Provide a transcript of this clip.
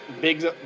Big